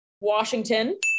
Washington